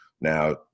Now